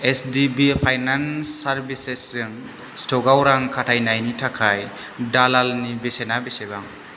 H D B finance सार्भिसेसजों सट'कआव रां खाथायनायनि थाखाय दालालनि बेसेना बेसेबां